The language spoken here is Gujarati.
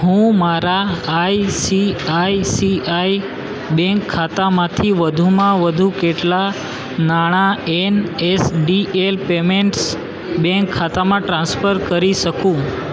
હું મારા આઈસીઆઈસીઆઈ બેંક ખાતામાંથી વધુમાં વધુ કેટલાં નાણા N S D L payments bank ખાતામાં ટ્રાન્સફર કરી શકું